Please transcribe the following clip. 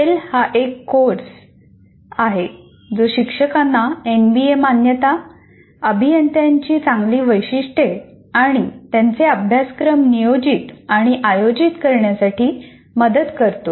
tail हा एक course आहे जो शिक्षकांना एनबीए मान्यता अभियंत्याची चांगली वैशिष्ट्ये आणि त्यांचे अभ्यासक्रम नियोजित आणि आयोजित करण्यासाठी मदत करतो